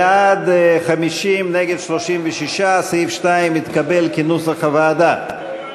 בעד, 50, נגד, 36. סעיף 2 התקבל כנוסח הוועדה.